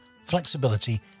flexibility